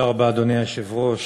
אדוני היושב-ראש,